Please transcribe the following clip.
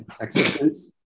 acceptance